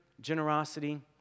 generosity